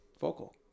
vocal